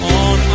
on